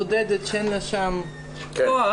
בודדת שאין לה שם כוח.